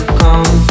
come